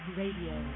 radio